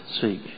seek